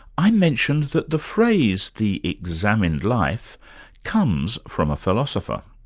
i mentioned that the phrase the examined life comes from a philosopher.